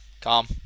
Calm